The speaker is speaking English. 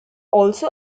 also